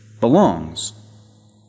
belongs